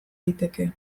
liteke